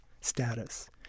status